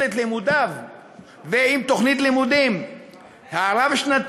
את לימודיו בתוכנית לימודים רב-שנתית,